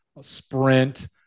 sprint